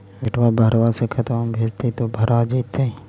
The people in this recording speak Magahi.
बेटा बहरबा से खतबा में भेजते तो भरा जैतय?